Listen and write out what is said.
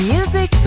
Music